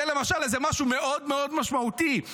זה למשל משהו מאוד מאוד משמעותי.